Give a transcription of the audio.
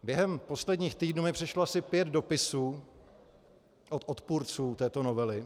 Během posledních týdnů mi přišlo asi pět dopisů od odpůrců této novely.